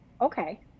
okay